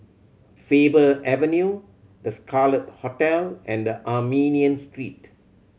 Faber Avenue The Scarlet Hotel and Armenian Street